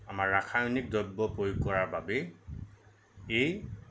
আমাৰ ৰাসায়নিক দ্ৰব্য প্ৰয়োগ কৰাৰ বাবেই এই